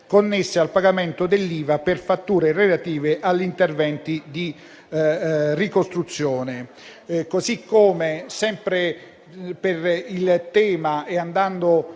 connesse al pagamento dell'IVA per fatture relative a interventi di ricostruzione.